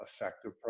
effective